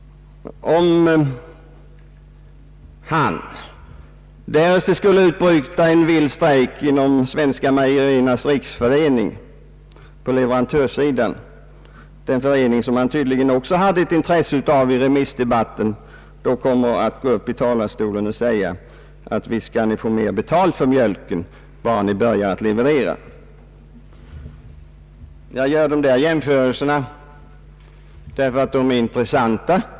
Om det skulle utbryta en vild strejk på leverantörsidan inom Svenska mejeriernas riksförening, en förening som han tydligen har speciellt intresse av, det framgick av hans inlägg i remissdebatten, kommer statsministern då också att gå upp i talarstolen och säga: Visst skall ni få mer betalt för mjölken, bara ni börjar att leverera. Jag gör dessa jämförelser därför att de är intressanta.